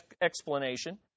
explanation